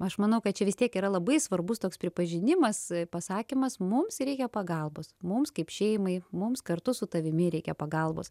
aš manau kad čia vis tiek yra labai svarbus toks pripažinimas pasakymas mums reikia pagalbos mums kaip šeimai mums kartu su tavimi reikia pagalbos